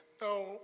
no